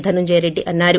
ధనుంజయ రెడ్డి అన్నారు